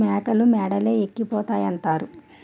మేకలు మేడలే ఎక్కిపోతాయంతారు